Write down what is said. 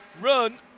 run